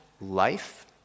life